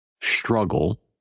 struggle